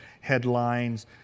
headlines